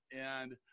And-